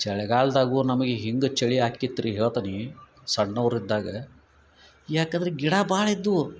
ಚಳಿಗಾಲದಾಗೂ ನಮಗೆ ಹಿಂಗೆ ಚಳಿ ಆಕ್ಯಿತ್ತು ರೀ ಹೇಳ್ತೀನಿ ಸಣ್ಣವರಿದ್ದಾಗ ಯಾಕಂದರೆ ಗಿಡ ಭಾಳ ಇದ್ದವು